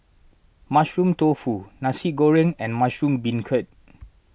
Mushroom Tofu Nasi Goreng and Mushroom Beancurd